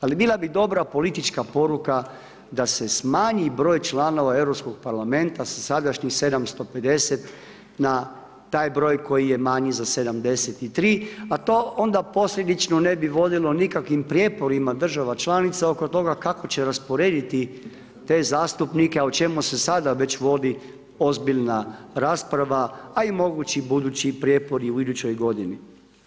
Ali bila bi dobra politička poruka da se smanji broj članova Europskog parlamenta sa sadašnjih 750 na taj broj koji je manji za 73, a to onda posljedično ne bi vodilo nikakvim prijeporima država članica oko toga kako će rasporediti te zastupnike, a o čemu se sada već vodi ozbiljna rasprava, a i mogući budući prijepori u idućoj godini.